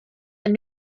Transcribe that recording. and